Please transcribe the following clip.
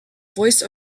voice